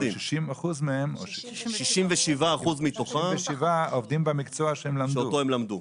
ו-67% מתוכם עובדים במקצוע שהם למדו.